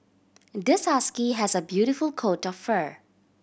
this husky has a beautiful coat of fur